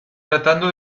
tratando